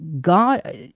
God